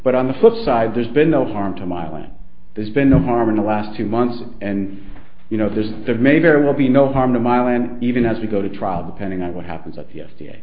but on the flip side there's been no harm to milan there's been no harm in the last two months and you know there's there may very well be no harm in milan even as we go to trial depending on what happens at the f